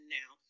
now